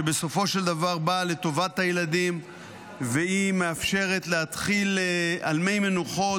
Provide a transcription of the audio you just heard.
שבסופו של דבר באה לטובת הילדים ומאפשרת להתחיל על מי מנוחות,